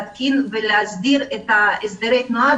ויסדירו הסדרי תנועה.